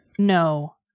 no